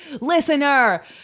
Listener